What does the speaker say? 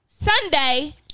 Sunday